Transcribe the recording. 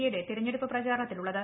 എയുടെ തിരഞ്ഞെടുപ്പ് പ്രചാരണത്തിലുള്ളത്